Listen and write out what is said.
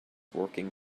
working